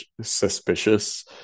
suspicious